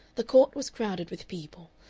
the court was crowded with people,